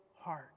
heart